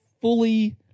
fully